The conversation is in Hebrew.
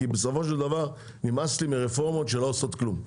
כי בסופו של דבר נמאס לי מרפורמות שלא עושות כלום.